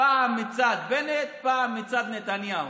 פעם מצד בנט, פעם מצד נתניהו.